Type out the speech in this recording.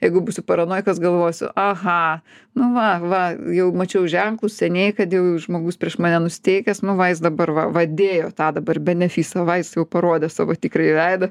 jeigu būsiu paranojikas galvosiu aha nu va va jau mačiau ženklus seniai kad jau žmogus prieš mane nusiteikęs nu va jis dabar va va dėjo tą dabar benefisą va jis jau parodė savo tikrąjį veidą